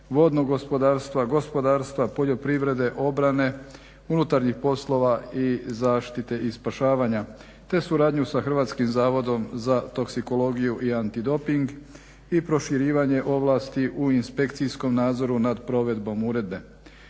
vodnog gospodarstva, gospodarstva, poljoprivrede, obrane, unutarnjih poslova i zaštite i spašavanja te suradnju sa Hrvatskim zavodom za toksikologiju i antidoping i proširivanje ovlasti u inspekcijskom nadzoru nad provedbom uredbe.